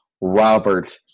Robert